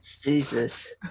jesus